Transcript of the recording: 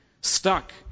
stuck